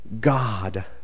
God